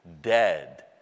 dead